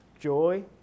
joy